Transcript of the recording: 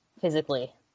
physically